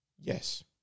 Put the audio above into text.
Yes